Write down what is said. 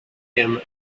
him